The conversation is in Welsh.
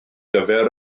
gyfer